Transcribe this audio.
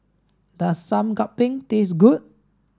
does Sup Kambing taste good